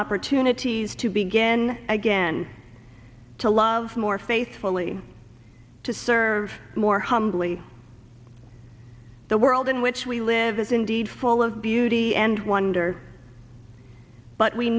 opportunities to begin again to love more faithfully to serve more humbly the world in which we live is indeed full of beauty and wonder but we